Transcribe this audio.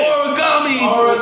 Origami